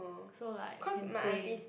so like can stay